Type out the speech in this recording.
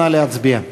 נא להצביע.